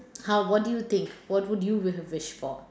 how what did you think what would you would have wish for